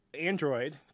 Android